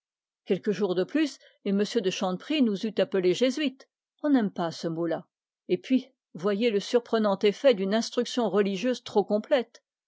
quelques jours de plus et m de chanteprie nous eût appelés jésuites on n'aime pas ce mot-là et voyez le surprenant effet d'une instruction religieuse trop complète